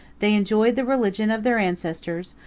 they enjoyed the religion of their ancestors,